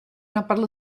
napadl